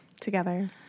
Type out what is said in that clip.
together